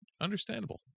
Understandable